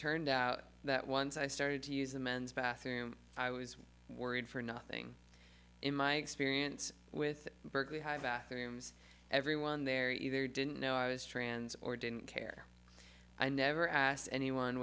turned out that once i started to use the men's bathroom i was worried for nothing in my experience with berkeley high bathrooms everyone there either didn't know i was trans or didn't care i never asked anyone